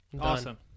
Awesome